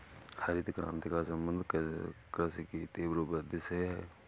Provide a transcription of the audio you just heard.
हरित क्रान्ति का सम्बन्ध कृषि की तीव्र वृद्धि से है